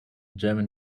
german